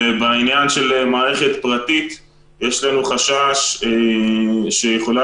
בעניין של מערכת פרטית יש לנו חשש שיכולה